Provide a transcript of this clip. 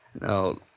No